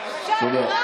שקרן.